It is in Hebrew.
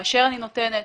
כאשר אני נותנת